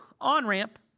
on-ramp